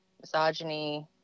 misogyny